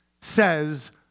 says